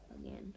again